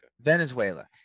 venezuela